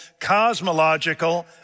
cosmological